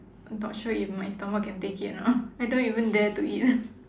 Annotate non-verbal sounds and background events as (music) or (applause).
not sure if my stomach can take it or not (laughs) I don't even dare to eat (laughs)